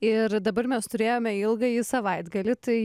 ir dabar mes turėjome ilgąjį savaitgalį tai